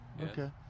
Okay